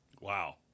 Wow